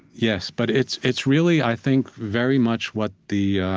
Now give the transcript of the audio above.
yes, but it's it's really, i think, very much what the